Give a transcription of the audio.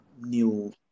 new